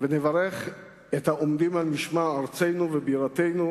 ונברך את העומדים על משמר ארצנו ובירתנו,